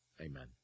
Amen